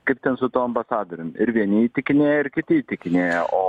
kaip ten su tuo ambasadorium ir vieni įtikinėja ir kiti įtikinėja o